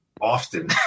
often